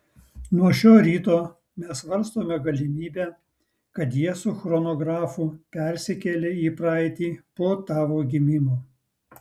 nuo šio ryto mes svarstome galimybę kad jie su chronografu persikėlė į praeitį po tavo gimimo